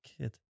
kid